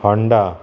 Honda